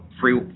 free